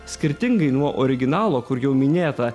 skirtingai nuo originalo kur jau minėta